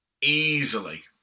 Easily